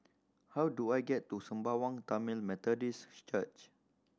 how do I get to Sembawang Tamil Methodist Church